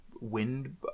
wind